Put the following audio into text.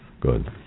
Good